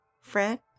Fred